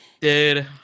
dude